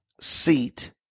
seat